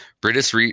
British